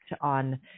on